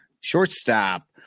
Shortstop